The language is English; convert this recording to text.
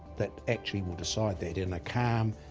that actually will decide that in a calm,